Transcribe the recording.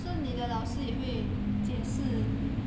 so 你的老师也会解释